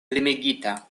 limigita